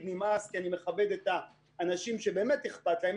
"נמאס" כי אני מכבד את האנשים שבאמת אכפת להם,